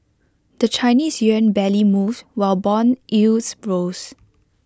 the Chinese Yuan barely moved while Bond yields rose